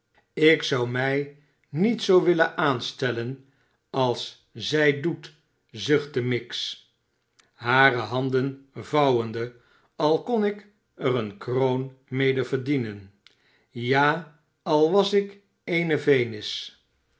ik zou xnij niet zoo willen aanstellen als zij doet zuchtte miggs hare handen vouwende al kon ik er eene kroon mede verdienen ja al was ik eene venis